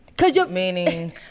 Meaning